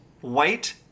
white